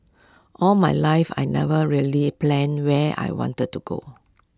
all my life I never really planned where I wanted to go